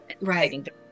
Right